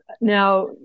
now